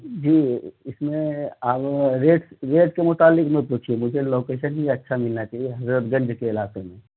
جی اس میں آپ ریٹس ریٹ کے متعلک مت پوچھیے مجھے لوکیشن بھی اچھا ملنا چاہیے حضرت گنج کے علاقے میں